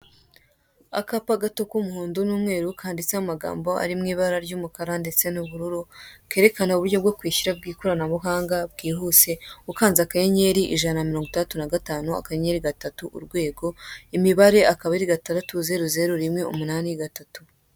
Akapa gato k'umuhondo n'umweru kanditseho amagambo ari mu ibara ry'umukara ndetse n'ubururu kerekana uburyo bwo kwishyura bw'ikoranabuhanga bwihuse, ukanze akanyenyeri ijana na mirongo itandatu na gatanu akanyeneri gatatu urwego, imibare akaba ari gatandatu, zeru zeru rimwe, umunani, gatatu.